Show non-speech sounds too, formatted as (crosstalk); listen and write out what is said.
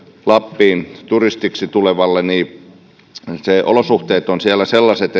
lappiin turistiksi tuleville ne olosuhteet ovat siellä sellaiset (unintelligible)